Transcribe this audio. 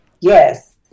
Yes